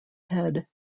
head